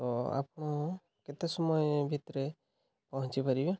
ଆପଣ କେତେ ସମୟ ଭିତରେ ପହଞ୍ଚି ପାରିବେ